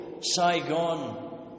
Saigon